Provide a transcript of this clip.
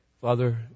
Father